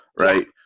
right